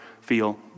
feel